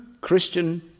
Christian